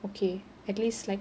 okay at least like